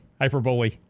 Hyperbole